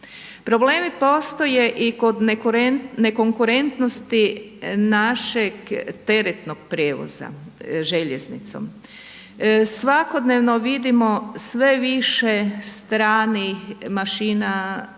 Problemi postoje i kod ne konkurentnosti našeg teretnog prijevoza željeznicom. Svakodnevno vidimo sve više stranih mašina, vagona